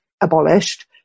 abolished